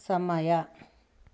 ಸಮಯ